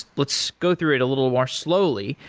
let's go through it a little more slowly.